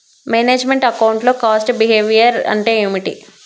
Manage meant account లో cost behaviour అంటే ఏమిటి?